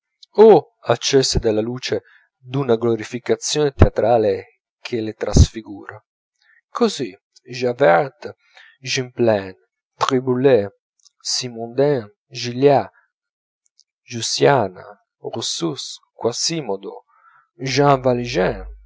o accese della luce d'una glorificazione teatrale che le trasfigura così javert gymplaine triboulet simoudain gilliat giosiana ursus quasimodo